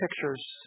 pictures